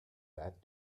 that